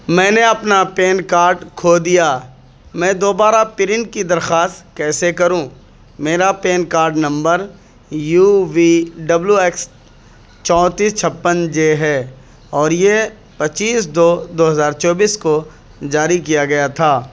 میں نے اپنا پین کارڈ کھو دیا میں دوبارہ پرنٹ کی درخواست کیسے کروں میرا PAN card number U V W X چونتیس چھپن جے ہے اور یہ پچیس دو دو ہزار چوبیس کو جاری کیا گیا تھا